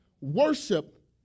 Worship